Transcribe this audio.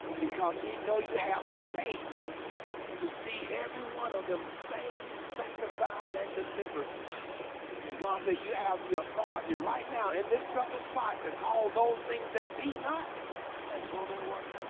because he know you have faith to see every one of them saved sanctified and deliverer and god said you have the authority right now in this special spot to call those things that be not as though they were